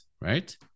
right